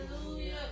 Hallelujah